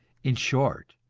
in short,